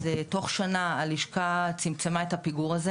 אז תוך שנה הלשכה צמצמה את הפיגור הזה